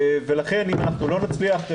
לכן אם אנחנו לא נצליח,